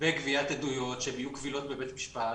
בגביית עדויות שהן יהיו קבילות בבית משפט,